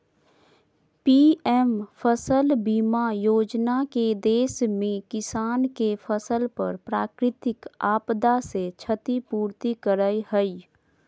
PM फसल बीमा योजना के देश में किसान के फसल पर प्राकृतिक आपदा से क्षति पूर्ति करय हई